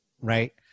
right